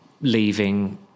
leaving